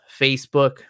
Facebook